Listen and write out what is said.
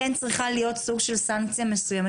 כן צריכה להיות סוג של סנקציה מסוימת.